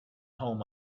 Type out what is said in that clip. home